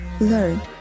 learn